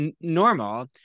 normal